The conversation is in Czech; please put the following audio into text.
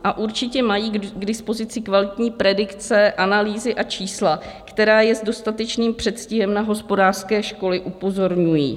A určitě mají k dispozici kvalitní predikce, analýzy a čísla, která je s dostatečným předstihem na hospodářské škody upozorňují.